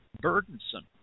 burdensome